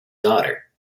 daughter